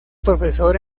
profesor